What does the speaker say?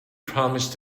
promised